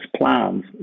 plans